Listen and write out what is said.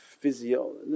physiology